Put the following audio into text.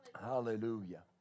Hallelujah